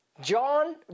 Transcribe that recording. john